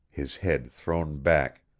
his head thrown back,